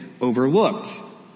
overlooked